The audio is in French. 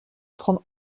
prendre